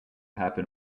happen